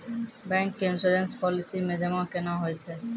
Bank के insurance policy मे जमा केना होय छै?